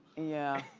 yeah.